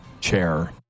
chair